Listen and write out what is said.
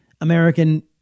American